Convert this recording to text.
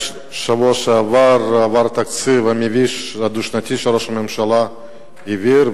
רק בשבוע שעבר עבר התקציב המביש הדו-שנתי שראש הממשלה העביר,